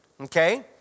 okay